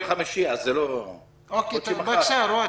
יכול להיות שמחר.